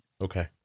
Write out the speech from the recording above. okay